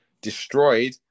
destroyed